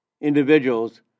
individuals